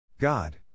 God